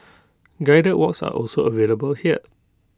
guided walks are also available here